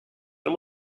and